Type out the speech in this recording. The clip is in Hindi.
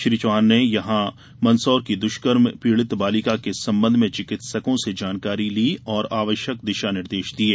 श्री चौहान ने यहां मंदसौर की दुष्कर्म पीड़ित बालिका के संबंध में चिकित्सकों से जानकारी ली और आवश्यक दिशा निर्देश दिये